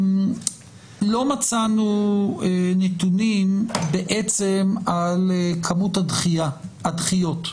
לא מצאנו נתונים על כמות הדחיות.